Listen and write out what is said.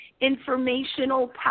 informational